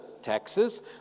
taxes